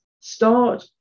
start